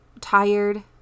tired